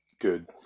Good